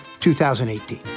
2018